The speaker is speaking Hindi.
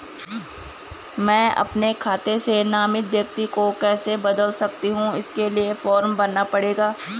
मैं अपने खाते से नामित व्यक्ति को कैसे बदल सकता हूँ इसके लिए फॉर्म भरना पड़ेगा?